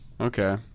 Okay